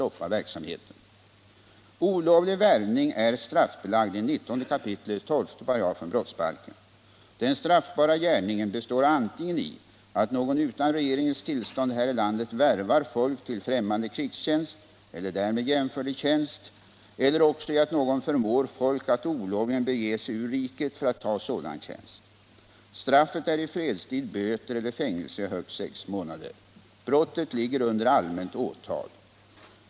Olovlig värvning är straffbelagd i 19 kap. 12 § brottsbalken. Den straffbara gärningen består antingen i att någon utan regeringens tillstånd här i landet värvar folk till främmande krigstjänst eller därmed jämförlig tjänst eller också i att någon förmår folk att olovligen bege sig ur riket för att ta sådan tjänst. Straffet är i fredstid böter eller fängelse i högst sex månader. Brottet ligger under allmänt åtal.